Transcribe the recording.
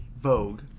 Vogue